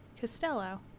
costello